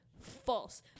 False